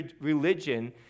religion